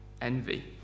envy